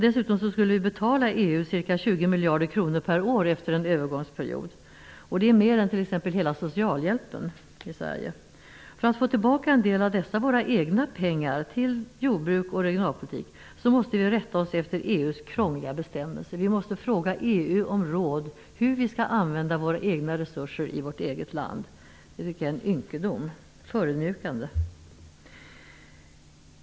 Dessutom skulle vi betala EU ca 20 miljarder kronor per år efter en övergångsperiod. Det är mer än t.ex. hela socialhjälpen i Sverige. För att få tillbaka en del av dessa våra egna pengar till jordbruk och regionalpolitik måste vi rätta oss efter om råd hur vi skall använda våra egna resurser i vårt eget land. Det tycker jag är en ynkedom, det är förödmjukande.